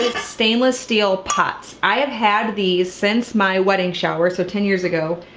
stainless steel pots. i have had these since my wedding shower, so ten years ago.